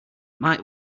might